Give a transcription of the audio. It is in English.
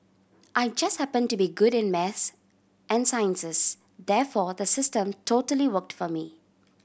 I just happen to be good in maths and sciences therefore the system totally worked for me